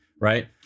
right